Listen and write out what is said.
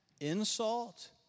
insult